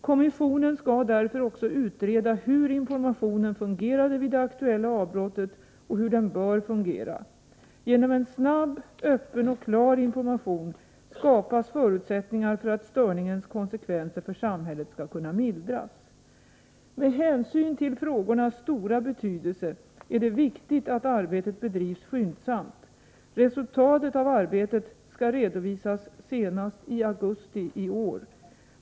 Kommissionen skall därför också utreda hur informationen fungerade vid det aktuella avbrottet och hur den bör fungera. Genom en snabb, öppen och klar information skapas förutsättningar för att störningens konsekvenser för samhället skall kunna mildras. Med hänsyn till frågornas stora betydelse är det viktigt att arbetet bedrivs skyndsamt. Resultatet av arbetet skall redovisas senast i augusti i år.